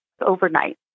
overnight